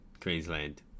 Queensland